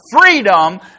freedom